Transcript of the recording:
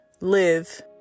live